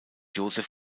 joseph